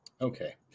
okay